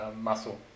muscle